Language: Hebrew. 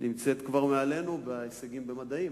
נמצאת כבר מעלינו בהישגים במדעים.